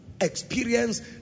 experience